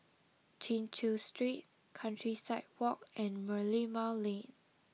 Chin Chew Street Countryside Walk and Merlimau Lane